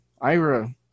Ira